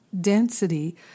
density